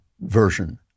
version